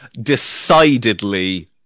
decidedly